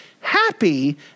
Happy